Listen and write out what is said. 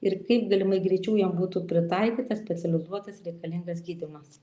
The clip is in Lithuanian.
ir kaip galimai greičiau jam būtų pritaikytas specializuotas reikalingas gydymas